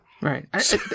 Right